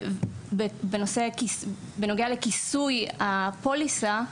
בנוגע לכיסוי הפוליסה,